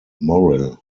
morrill